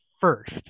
first